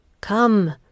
come